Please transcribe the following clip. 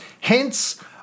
Hence